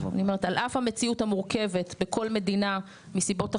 על אף המציאות המורכבת בכל מדינה מסיבות אחרות,